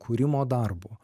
kūrimo darbu